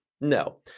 No